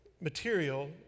Material